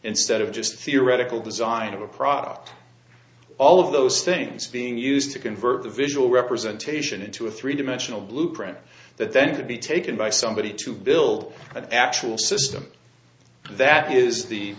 instead of just theoretical design of a product all of those things being used to convert the visual representation into a three dimensional blueprint that then to be taken by somebody to build an actual system that is the